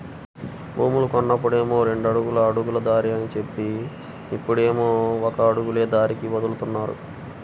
భూమి కొన్నప్పుడేమో రెండడుగుల అడుగుల దారి అని జెప్పి, ఇప్పుడేమో ఒక అడుగులే దారికి వదులుతామంటున్నారు